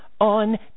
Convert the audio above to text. on